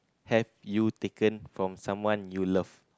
have you taken for someone you love